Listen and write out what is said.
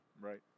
Right